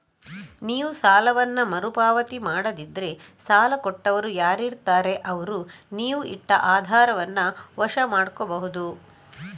ನೀವು ಸಾಲವನ್ನ ಮರು ಪಾವತಿ ಮಾಡದಿದ್ರೆ ಸಾಲ ಕೊಟ್ಟವರು ಯಾರಿರ್ತಾರೆ ಅವ್ರು ನೀವು ಇಟ್ಟ ಆಧಾರವನ್ನ ವಶ ಮಾಡ್ಕೋಬಹುದು